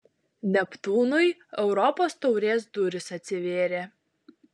neptūnui europos taurės durys atsivėrė